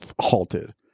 halted